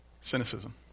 Cynicism